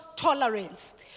tolerance